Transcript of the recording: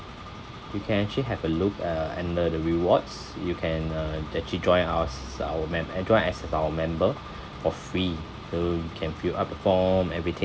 you can actually have a look uh under the rewards you can uh actually join ours our mem~ and join as our member for free you can fill up the form everything